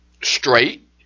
straight